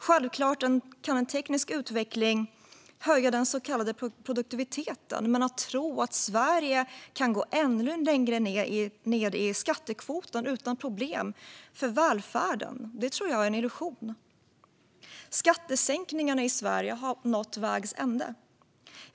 Självklart kan en teknisk utveckling höja den så kallade produktiviteten. Men att Sverige kan gå ännu längre ned i skattekvoten utan problem för välfärden tror jag är en illusion. Skattesänkningarna i Sverige har nått vägs ände.